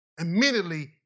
Immediately